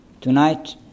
Tonight